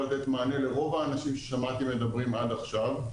לתת מענה לרוב האנשים ששמעתי מדברים עד עכשיו,